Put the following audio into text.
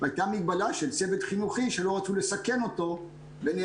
והיתה מגבלה של צוות חינוכי שלא רצו לסכן אותו ונאמר